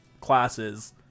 classes